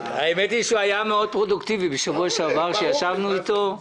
למען האמת הוא היה מאוד פרודוקטיבי בשבוע שעבר כאשר ישבנו איתו.